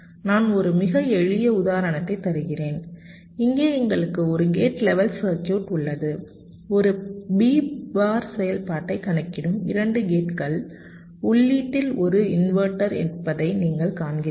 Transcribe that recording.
நான் ஒரு மிக எளிய உதாரணத்தை தருகிறேன் இங்கே எங்களுக்கு ஒரு கேட் லெவல் சர்க்யூட் உள்ளது ஒரு B பார் செயல்பாட்டைக் கணக்கிடும் 2 கேட்கள் உள்ளீட்டில் ஒரு இன்வெர்ட்டர் இருப்பதை நீங்கள் காண்கிறீர்கள்